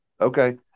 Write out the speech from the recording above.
okay